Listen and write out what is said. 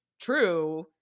true